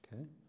Okay